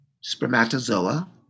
spermatozoa